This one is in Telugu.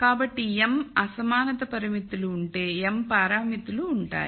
కాబట్టి m అసమానత పరిమితులు ఉంటే m పారామితులు ఉంటాయి